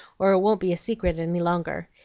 or it won't be a secret any longer.